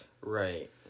Right